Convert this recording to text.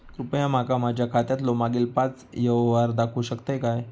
कृपया माका माझ्या खात्यातलो मागील पाच यव्हहार दाखवु शकतय काय?